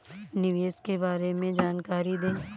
निवेश के बारे में जानकारी दें?